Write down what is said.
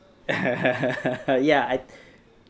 ya I